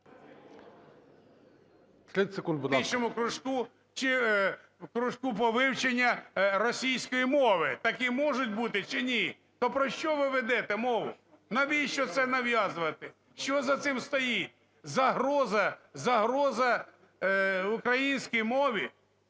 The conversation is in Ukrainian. в кружку по вивченню російської мови. Такі можуть бути чи ні? То про що ви ведете мову? Навіщо це нав'язувати? Що за цим стоїть? Загроза, загроза українській мові?